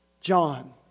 John